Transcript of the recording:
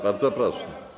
Bardzo proszę.